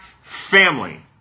family